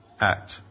act